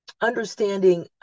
understanding